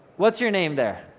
what's your name there?